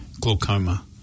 Glaucoma